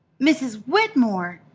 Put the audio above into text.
mrs. whitmore!